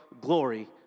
glory